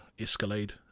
Escalade